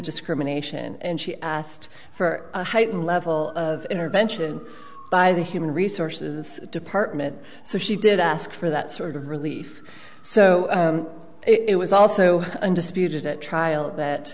discrimination and she asked for a heightened level of intervention by the human resources department so she did ask for that sort of relief so it was also undisputed at trial that